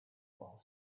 while